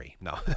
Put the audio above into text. No